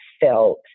felt